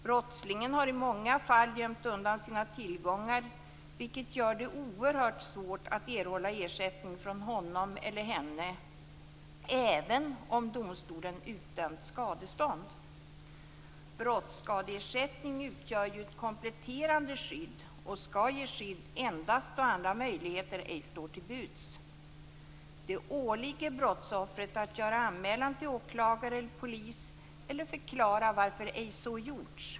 Brottslingen har i många fall gömt undan sina tillgångar, vilket gör det oerhört svårt att erhålla ersättning från honom eller henne även om domstolen utdömt skadestånd. Brottskadeersättning utgör ju ett kompletterande skydd och skall ge skydd endast då andra möjligheter ej står till buds. Det åligger brottsoffret att göra anmälan till åklagare eller polis eller förklara varför så ej gjorts.